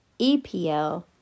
EPL